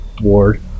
Ward